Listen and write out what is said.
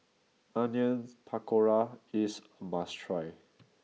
Onion Pakora is a must try